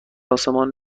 آسمان